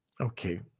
Okay